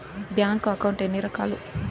bank account ఎన్ని రకాలు